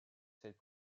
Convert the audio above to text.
cette